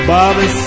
Bobby